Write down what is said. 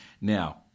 Now